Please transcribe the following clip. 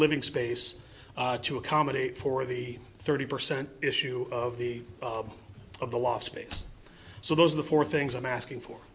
living space to accommodate for the thirty percent issue of the of the loft space so those are the four things i'm asking for